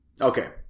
Okay